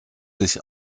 sich